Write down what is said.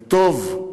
וטוב,